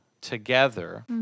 together